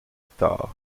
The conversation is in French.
hectares